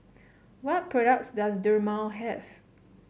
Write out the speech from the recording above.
what products does Dermale have